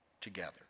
together